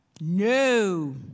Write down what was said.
No